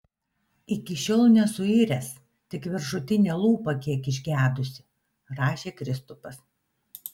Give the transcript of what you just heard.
iki šiol nesuiręs tik viršutinė lūpa kiek išgedusi rašė kristupas